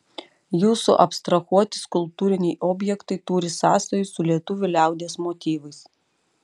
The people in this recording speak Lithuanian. jūsų abstrahuoti skulptūriniai objektai turi sąsajų su lietuvių liaudies motyvais